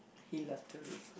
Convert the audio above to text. he love to read